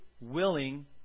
willing